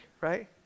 right